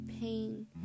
pain